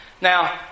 Now